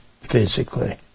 physically